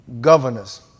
governors